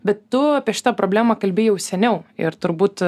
bet tu apie šitą problemą kalbėjai jau seniau ir turbūt